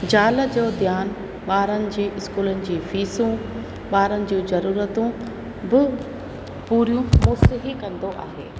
ज़ाल जो ध्यानु ॿारनि जी स्कूलनि जी फ़ीसूं ॿारनि जूं ज़रूरतूं बि पूरियूं मुड़ुस ई कंदो आहे